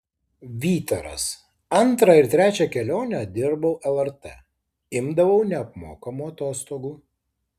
vytaras antrą ir trečią kelionę dirbau lrt imdavau neapmokamų atostogų